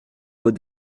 aux